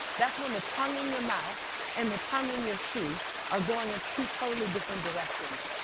that's when the tongue in your mouth and the tongue in your shoe are going in two totally different directions.